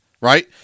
right